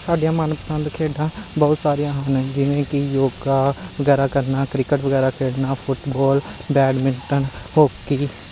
ਸਾਡੀਆਂ ਮਨਪਸੰਦ ਖੇਡਾਂ ਬਹੁਤ ਸਾਰੀਆਂ ਹਨ ਜਿਵੇਂ ਕਿ ਯੋਗਾ ਵਗੈਰਾ ਕਰਨਾ ਕ੍ਰਿਕਟ ਵਗੈਰਾ ਖੇਡਣਾ ਫੁੱਟਬਾਲ ਬੈਡਮਿੰਟਨ ਹੋਕੀ